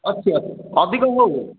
ଅଛି ଅଛି ଅଧିକ କହୁନି